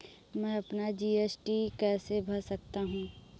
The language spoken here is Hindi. मैं अपना जी.एस.टी कैसे भर सकता हूँ?